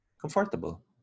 comfortable